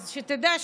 אז שתדע,